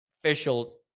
official